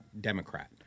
Democrat